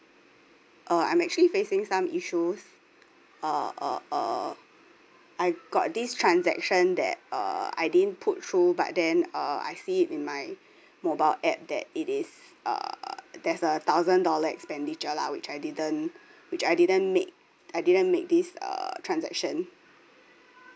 uh I'm actually facing some issues uh uh uh I got this transaction that uh I didn't put through but then uh I see it in my mobile app that it is uh there's a thousand dollar expenditure lah which I didn't which I didn't make I didn't make this uh transaction